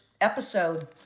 episode